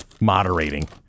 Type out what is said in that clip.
Moderating